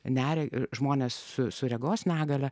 neria ir žmonės su regos negalią